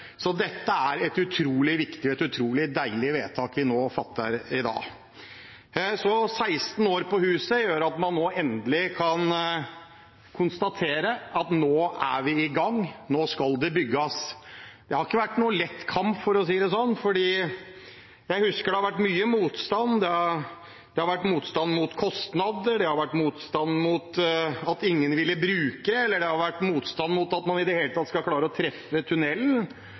gang, nå skal det bygges. Det har ikke vært noen lett kamp, for å si det sånn. Jeg husker det har vært mye motstand. Det har vært motstand mot kostnader. Det har vært motstand fordi ingen ville bruke den. Det har vært motstand med tanke på de båtene som skulle gjennom der, at de i det hele tatt skulle klare å treffe tunnelen.